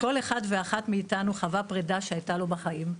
כל אחד ואחת מאיתנו חווה פרידה שהייתה לו בחיים,